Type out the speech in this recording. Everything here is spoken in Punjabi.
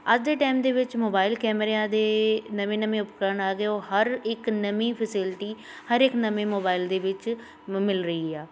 ਅੱਜ ਦੇ ਟਾਈਮ ਦੇ ਵਿੱਚ ਮੋਬਾਇਲ ਕੈਮਰਿਆਂ ਦੇ ਨਵੇਂ ਨਵੇਂ ਉਪਕਰਨ ਆ ਗਏ ਉਹ ਹਰ ਇੱਕ ਨਵੀਂ ਫੈਸਿਲਿਟੀ ਹਰ ਇੱਕ ਨਵੇਂ ਮੋਬਾਇਲ ਦੇ ਵਿੱਚ ਮਿਲ ਰਹੀ ਆ